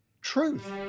truth